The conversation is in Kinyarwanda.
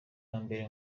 mbere